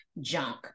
junk